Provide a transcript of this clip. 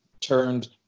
turned